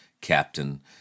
captain